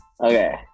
Okay